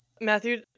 Matthew